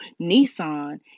Nissan